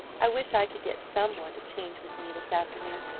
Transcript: i wish i could get some one to change with me this afternoon,